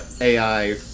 AI